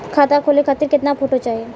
खाता खोले खातिर केतना फोटो चाहीं?